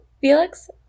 Felix